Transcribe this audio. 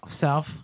self